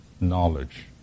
knowledge